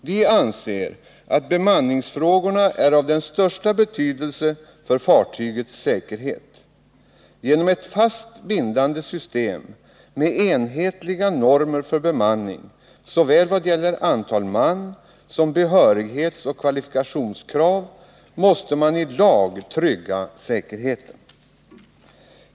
Vi anser att bemanningsfrågorna är av den största betydelse för fartygets säkerhet. Man måste i lag genom ett fast, bindande system med enhetliga normer för bemanning, vad gäller såväl antal man som behörighetsoch kvalifikationskrav, trygga säkerheten.